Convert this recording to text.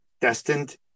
destined